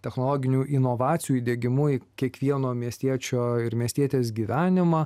technologinių inovacijų įdiegimu į kiekvieno miestiečio ir miestietės gyvenimą